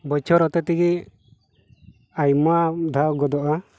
ᱵᱚᱪᱷᱚᱨ ᱦᱚᱛᱮ ᱛᱮᱜᱮ ᱟᱭᱢᱟ ᱫᱷᱟᱣ ᱜᱚᱫᱚᱜᱼᱟ